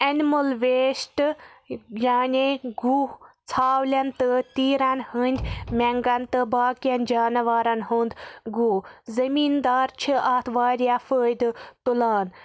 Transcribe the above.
animal waste یعنی گُہہ ژھاولٮ۪ن تہٕ تیٖرَن ہٕنٛدۍ مٮ۪نٛگَن تہٕ باقِیَن جانوارَن ہُنٛد گُہہ زمیٖندار چھِ اَتھ واریاہ فٲیدٕ تُلان